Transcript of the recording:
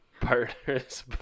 partners